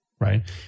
right